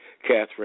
Catherine